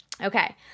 Okay